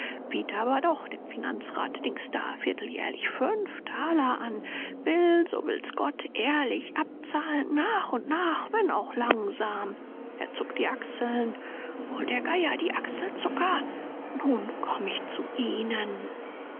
aber doch dem finanzrat dings da vierteljährlich fünf taler an will so will's gott ehrlich abzahlen nach und nach wenn auch langsam er zuckt die achseln hol der geier die achselzucker nun komm ich zu ihnen